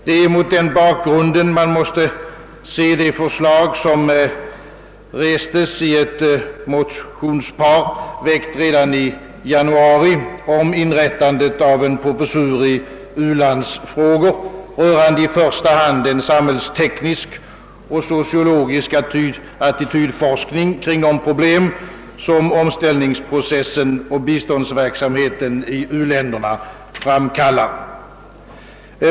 Det är mot den bakgrunden man må se de förslag, som restes i ett motionspar, väckt redan i januari, om inrättande av en professur i u-landsfrågor rörande i första hand en samhällsteknisk och sociologisk attitydforskning kring de problem som omställningsprocessen och biståndsverksamheten i u-länderna framkallar.